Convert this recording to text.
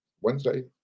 Wednesday